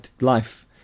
life